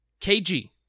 KG